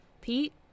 Pete